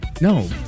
no